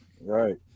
Right